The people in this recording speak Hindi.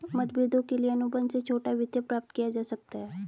मतभेदों के लिए अनुबंध से छोटा वित्त प्राप्त किया जा सकता है